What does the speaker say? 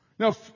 Now